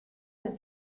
have